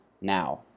now